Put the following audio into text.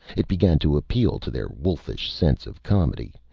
it began to appeal to their wolfish sense of comedy.